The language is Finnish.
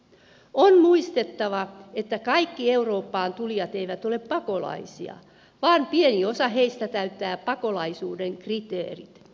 on muistettava että kaikki eurooppaan tulijat eivät ole pakolaisia vain pieni osa heistä täyttää pakolaisuuden kriteerit